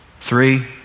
Three